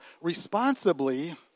responsibly